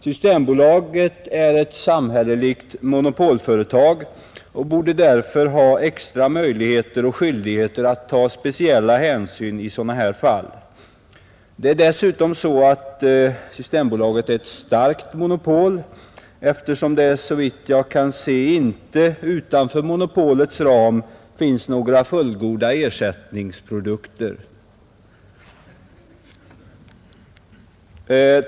Systembolaget är ett samhälleligt monopolföretag och borde därför ha extra möjligheter och skyldigheter att ta speciella hänsyn i sådana här fall. Dessutom är Systembolaget ett starkt monopol, eftersom det såvitt jag kan se inte utanför monopolets ram finns några fullgoda ersättningsprodukter.